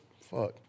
Fuck